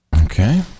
Okay